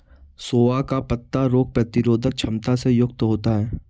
सोआ का पत्ता रोग प्रतिरोधक क्षमता से युक्त होता है